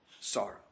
sorrow